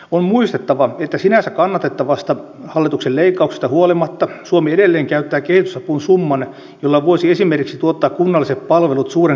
on muistettava että sinänsä kannatettavista hallituksen leikkauksista huolimatta suomi edelleen käyttää kehitysapuun summan jolla voisi esimerkiksi tuottaa kunnalliset palvelut suuren kaupungin asukkaille